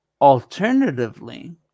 Alternatively